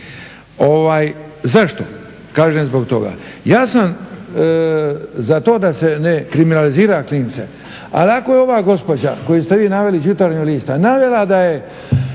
Zašto? Kažem zbog toga, ja sam za to da se ne kriminalizira klince ali ako je ova gospođa koju ste vi naveli iz "Jutarnjeg lista" navela da je